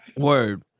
Word